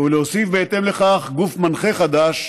ולהוסיף בהתאם לכך גוף מנחה חדש,